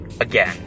again